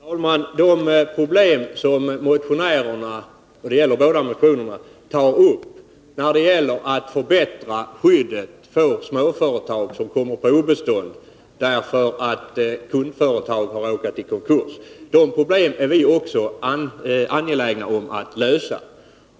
Herr talman! De problem som motionärerna, i båda motionerna, tar upp « när det gäller att förbättra skyddet för småföretag som kommer på obestånd på grund av att kundföretag har råkat i konkurs, är vi också angelägna om att lösa.